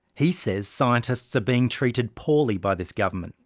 he says scientists are being treated poorly by this government.